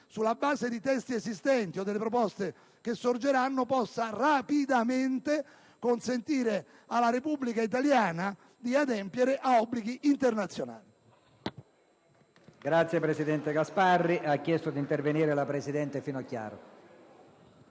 sulla base di testi esistenti o delle proposte che sorgeranno, possa rapidamente consentire alla Repubblica italiana di adempiere a obblighi internazionali.